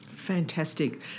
Fantastic